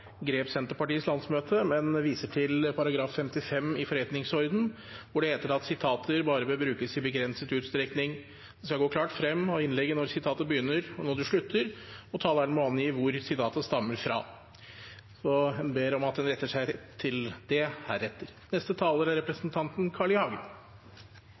grep Senterpartiets landsmøte, men viser til § 55 i forretningsordenen, hvor det står: «Sitater bør bare brukes i begrenset utstrekning. Det skal gå klart frem av innlegget når sitatet begynner og når det slutter, og taleren må angi hvor sitatet stammer fra.» Jeg ber om at representanten Mossleth retter seg etter det heretter. Dette er et viktig tema og en viktig interpellasjonsdebatt. Det er